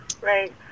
Right